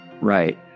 right